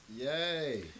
Yay